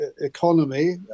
economy